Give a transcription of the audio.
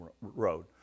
road